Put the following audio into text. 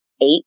eight